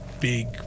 big